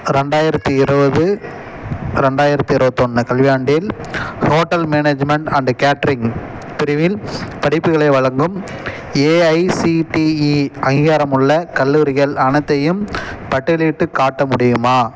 ரெண்டாயிரத்தி இருபது ரெண்டாயிரத்தி இருபத்தொன்னு கல்வியாண்டில் ஹோட்டல் மேனேஜ்மெண்ட் அண்டு கேட்ரிங் பிரிவில் படிப்புகளை வழங்கும் ஏஐசிடிஇ அங்கீகாரமுள்ள கல்லூரிகள் அனைத்தையும் பட்டியலிட்டுக் காட்ட முடியுமா